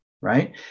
right